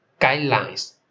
guidelines